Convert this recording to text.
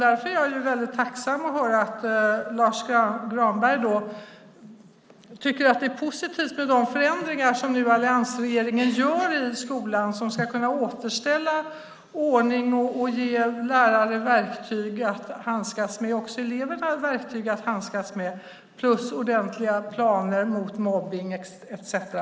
Därför är jag väldigt tacksam över att höra att Lars Granberg tycker att det är positivt med de förändringar som alliansregeringen nu gör i skolan, som ska kunna återställa ordning och ge lärare och också eleverna verktyg för att handskas med detta plus ordentliga planer mot mobbning etcetera.